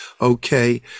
okay